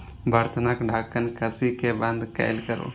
बर्तनक ढक्कन कसि कें बंद कैल करू